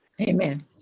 amen